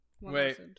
Wait